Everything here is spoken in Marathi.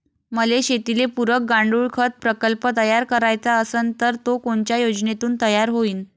मले शेतीले पुरक गांडूळखत प्रकल्प तयार करायचा असन तर तो कोनच्या योजनेतून तयार होईन?